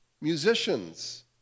musicians